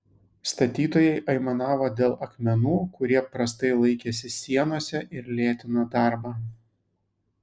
statytojai aimanavo dėl akmenų kurie prastai laikėsi sienose ir lėtino darbą